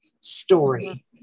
story